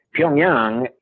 Pyongyang